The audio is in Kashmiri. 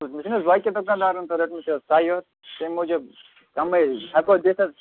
وُچھ حظ باقین دُکانٛدارَن تہِ رٔٹمٕژ سَے یورٕ تَمہِ موٗجوٗب کَمٕے ہٮ۪کو دِتھ حظ